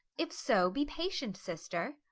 if so, be patient, sister.